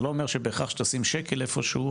זה לא אומר שאם תשים שקל איפשהו,